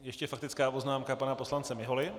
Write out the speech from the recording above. Ještě faktická poznámka pana poslance Miholy.